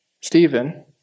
Stephen